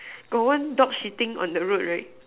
got one dog shitting on the road right